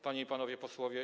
Panie i Panowie Posłowie!